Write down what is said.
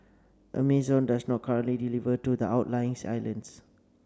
Amazon does not currently deliver to the outlying islands